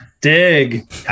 dig